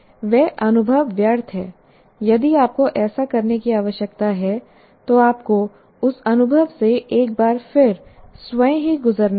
वह अनुभव व्यर्थ है यदि आपको ऐसा करने की आवश्यकता है तो आपको उस अनुभव से एक बार फिर स्वयं ही गुजरना होगा